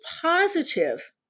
positive